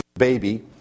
baby